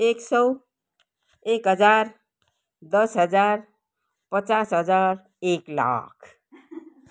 एक सय एक हजार दस हजार पचास हजार एक लाख